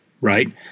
right